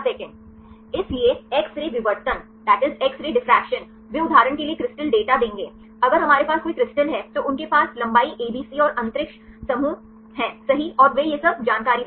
इसलिए X ray विवर्तन वे उदाहरण के लिए क्रिस्टल डेटा देंगे अगर हमारे पास कोई क्रिस्टल है तो उनके पास लंबाई एबीसी और अंतरिक्ष समूह हैं सही और वे यह सब जानकारी देते हैं